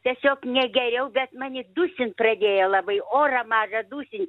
tiesiog ne geriau bet mani dusint pradėjo labai orą mažą dusint